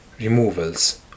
removals